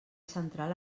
central